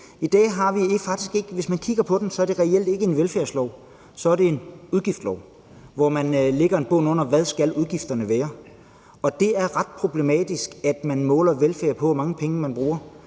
er det reelt ikke en velfærdslov; så er det en udgiftslov, hvor man lægger en bund under, hvad udgifterne skal være. Og det er ret problematisk, at man måler velfærd på, hvor mange penge man bruger.